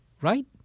Right